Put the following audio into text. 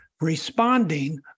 responding